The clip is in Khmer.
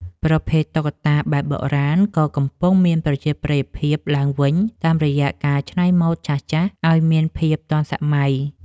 ប្រភេទ តុក្កតាបែបបុរាណ ក៏កំពុងមានប្រជាប្រិយភាពឡើងវិញតាមរយៈការច្នៃម៉ូដចាស់ៗឱ្យមានភាពទាន់សម័យ។